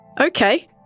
okay